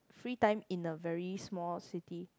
free time in a very small city